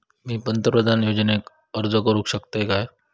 मी पंतप्रधान योजनेक अर्ज करू शकतय काय?